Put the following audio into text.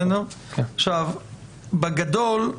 בגדול,